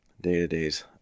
Day-to-days